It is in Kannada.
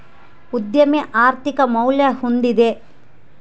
ಉದ್ಯಮಿ ಆರ್ಥಿಕ ಮೌಲ್ಯ ಹೊಂದಿದ